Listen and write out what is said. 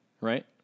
right